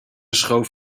schoof